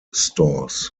stores